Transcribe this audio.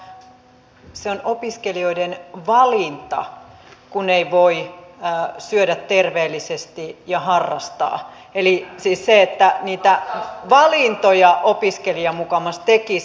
sanoitte että se on opiskelijoiden valinta kun ei voi syödä terveellisesti ja harrastaa eli siis että niitä valintoja opiskelija mukamas tekisi